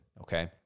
okay